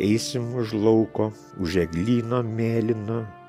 eisim už lauko už eglyno mėlyno